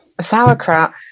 sauerkraut